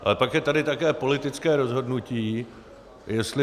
Ale pak je tady také politické rozhodnutí, jestli